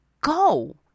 go